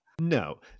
no